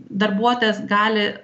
darbuotojas gali